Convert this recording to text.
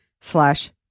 slash